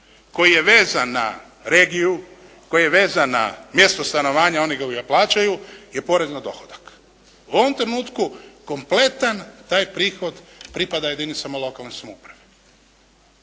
koji je vezan na regiju, koji je vezan na mjesto stanovanja onih koji ga plaćaju je porez na dohodak. U ovom trenutku kompletan taj prihod pripada jedinicama lokalne samouprave.